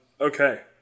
Okay